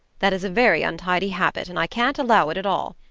that is a very untidy habit, and i can't allow it at all.